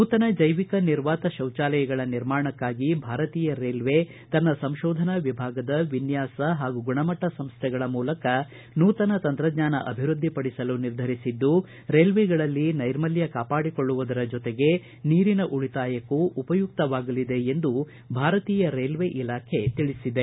ನೂತನ ಜೈವಿಕ ನಿರ್ವಾತ ಶೌಚಾಲಯಗಳ ನಿರ್ಮಾಣಕ್ಕಾಗಿ ಭಾರತೀಯ ರೈಲ್ವೇ ತನ್ನ ಸಂಶೋಧನಾ ವಿಭಾಗದ ವಿನ್ಯಾಸ ಹಾಗೂ ಗುಣಮಟ್ಟ ಸಂಸ್ಥೆಗಳ ಮೂಲಕ ನೂತನ ತಂತ್ರಜ್ಞಾನ ಅಭಿವೃದ್ಧಿಪಡಿಸಲು ನಿರ್ಧರಿಸಿದ್ದು ರೈಲ್ವೆಗಳಲ್ಲಿ ನೈರ್ಮಲ್ಯ ಕಾಪಾಡಿಕೊಳ್ಳುವುದರ ಜೊತೆಗೆ ನೀರಿನ ಉಳಿತಾಯಕ್ಕೂ ಉಪಯುಕ್ತವಾಗಲಿದೆ ಎಂದು ಭಾರತೀಯ ರೈಲ್ವೆ ಇಲಾಖೆ ತಿಳಿಸಿದೆ